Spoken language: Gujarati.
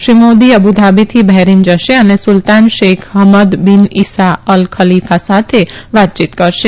શ્રી મોદી અબુધાબીથી બહેરીન જશે અને Sultan Sheikh Hamad bin Isa Al Khalifa સાથે વાતચીત કરશે